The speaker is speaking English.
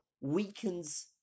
weakens